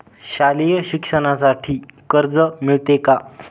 शालेय शिक्षणासाठी कर्ज मिळते का?